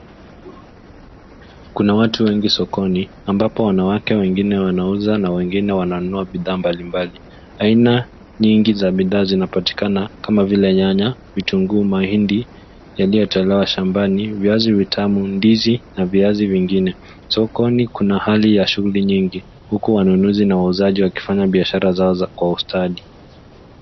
Kuna watu wengi sokoni ambapo wanawake wengine wanauza na wengine wananunua bidhaa mbalimbali. Ainaa nyingi za bidhaa zinapatikana kama vile nyanya, vitunguu na mahindi yaliyotolewa shambani, viazi vitamu, ndizi na viazi vingine. Sokoni kuna hali ya shughuli nyingi huku wanunuzi na wauzaji wakifanya biashara zao za kwa ustadi.